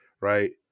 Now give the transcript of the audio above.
right